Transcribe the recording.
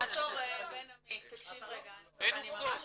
ד"ר בן עמית, תקשיב רגע, אני ממש מצטערת,